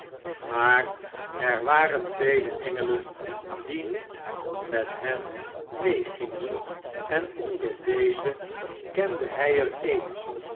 maar er waren vele engelen die niet met hen meegingen en onder deze kende hy er een